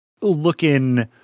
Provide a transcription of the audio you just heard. looking